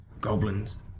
goblins